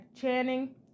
Channing